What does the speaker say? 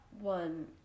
one